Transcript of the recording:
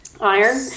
Iron